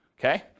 Okay